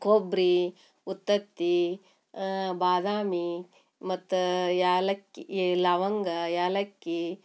ಕೊಬ್ಬರಿ ಉತ್ತುತ್ತೆ ಬಾದಾಮಿ ಮತ್ತು ಏಲಕ್ಕಿ ಲವಂಗ ಏಲಕ್ಕಿ